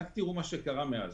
תראו מה קרה מאז.